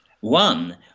One